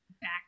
back